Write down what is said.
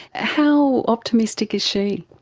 how optimistic is she?